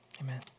amen